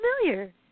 familiar